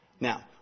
Now